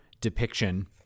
depiction